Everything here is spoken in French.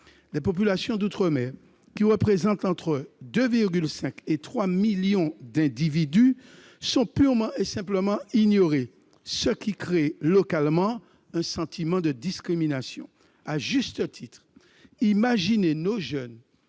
Les populations d'outre-mer, qui représentent entre 2,5 et 3 millions d'individus, sont purement et simplement ignorées, ce qui crée localement un sentiment de discrimination. À juste titre : apprendre